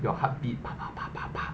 your heartbeat pa pa pa pa